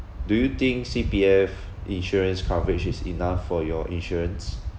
do you think C_P_F insurance coverage is enough for your insurance